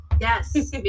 Yes